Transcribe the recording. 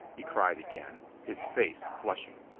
he cried again, his face flushing.